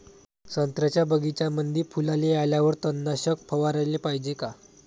संत्र्याच्या बगीच्यामंदी फुलाले आल्यावर तननाशक फवाराले पायजे का?